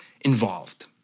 involved